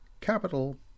capital